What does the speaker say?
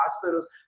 hospitals